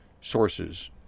sources